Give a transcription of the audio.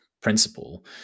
principle